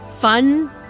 fun